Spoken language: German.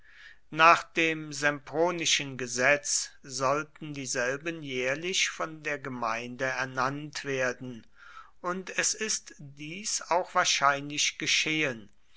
nach dem sempronischen gesetz sollten dieselben jährlich von der gemeinde ernannt werden und es ist dies auch wahrscheinlich geschehen